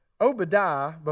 Obadiah